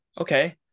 okay